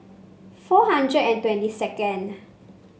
four hundred twenty second